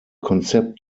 konzept